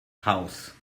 haus